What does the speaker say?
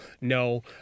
no